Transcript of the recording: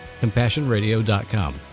CompassionRadio.com